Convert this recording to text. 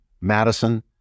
Madison